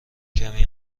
کمی